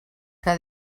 que